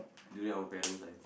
during our parents' time